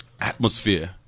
atmosphere